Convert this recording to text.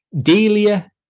delia